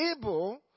able